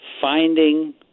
finding